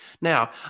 Now